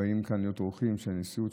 הם באים לכאן להיות אורחים של הנשיאות,